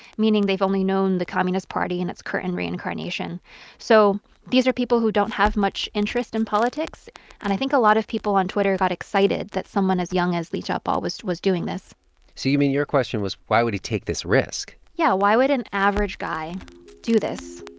meaning they've only known the communist party in its current and reincarnation so these are people who don't have much interest in politics. and i think a lot of people on twitter got excited that someone as young as li jiabao was was doing this so you mean your question was, why would he take this risk? yeah. why would an average guy do this?